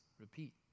repeat